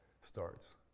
starts